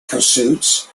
pursuits